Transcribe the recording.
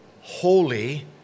holy